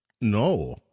No